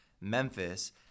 Memphis